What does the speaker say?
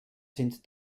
sind